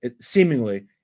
seemingly